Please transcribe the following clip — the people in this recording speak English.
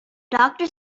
doctor